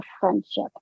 friendship